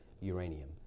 uranium